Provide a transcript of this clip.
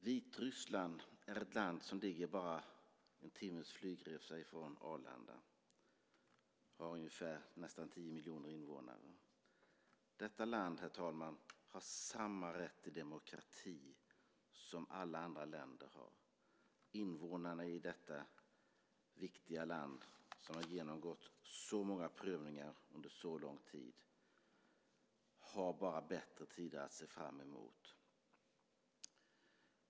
Vitryssland är ett land som ligger bara en timmes flygresa från Arlanda och har nästan tio miljoner invånare. Detta land, herr talman, har samma rätt till demokrati som alla andra länder har. Invånarna i detta viktiga land, som har genomgått så många prövningar under så lång tid, har bara bättre tider att se fram emot.